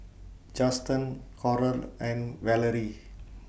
Juston Coral and Valorie